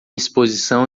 exibição